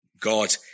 God